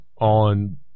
on